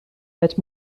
het